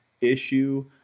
issue